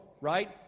right